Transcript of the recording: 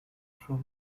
from